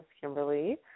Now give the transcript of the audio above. Kimberly